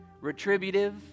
retributive